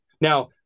Now